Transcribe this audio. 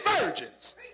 virgins